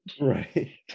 Right